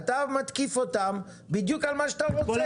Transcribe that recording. אתה מתקיף אותם בדיוק על מה שאתה רוצה.